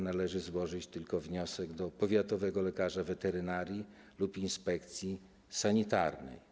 Należy tylko złożyć wniosek do powiatowego lekarza weterynarii lub inspekcji sanitarnej.